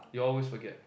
you always forget